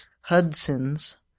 Hudson's